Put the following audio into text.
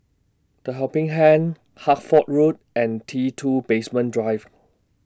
The Helping Hand Hertford Road and T two Basement Drive